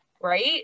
Right